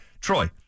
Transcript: Troy